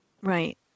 Right